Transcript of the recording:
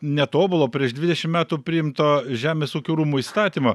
netobulo prieš dvidešimt metų priimto žemės ūkio rūmų įstatymo